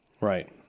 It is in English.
Right